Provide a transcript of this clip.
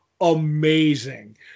amazing